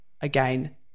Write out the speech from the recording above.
again